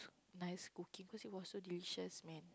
nice cooking cause it was so delicious man